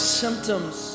symptoms